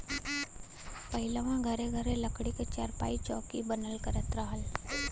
पहिलवां घरे घरे लकड़ी क चारपाई, चौकी बनल करत रहल